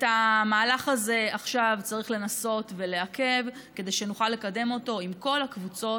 את המהלך הזה עכשיו צריך לנסות ולעכב כדי שנוכל לקדם אותו עם כל הקבוצות